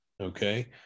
okay